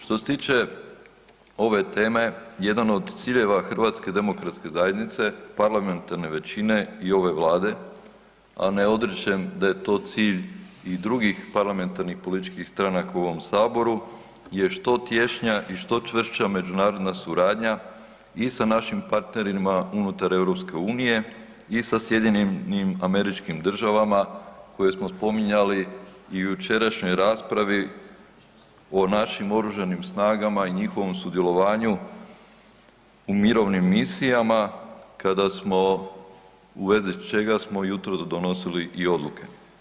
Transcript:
Što se tiče ove teme, jedan od ciljeva HDZ-a parlamentarne većine i ove Vlade, a ne … da je to cilj i drugih parlamentarnih političkih stranaka u ovom Saboru je što tješnja i što čvršća međunarodna suradnja i sa našim partnerima unutar EU i sa SAD-om koje smo spominjali i u jučerašnjoj raspravi o našim oružanim snagama i njihovom sudjelovanju u mirovnim misijama u vezi čega smo jutros donosili i odluke.